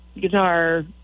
Guitar